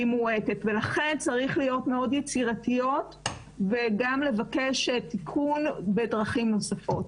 ולכן צריך להיות מאוד יצירתיות וגם לבקש תיקון בדרכים נוספות.